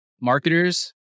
marketers